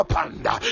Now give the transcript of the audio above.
Panda